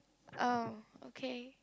oh okay